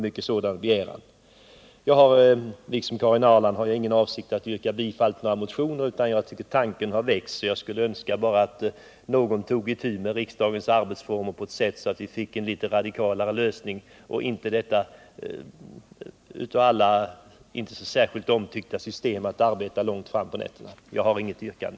Inte heller jag har för avsikt att yrka bifall till några motioner, men tanken har väckts, och jag önskar att någon tog itu med riksdagens arbetsformer på ett sådant sätt att vi fick en radikalare lösning och vi kunde slippa ifrån det av ingen särskilt omtyckta systemet att arbeta långt fram på nätterna. Jag har som sagt inget yrkande.